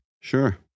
Sure